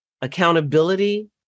accountability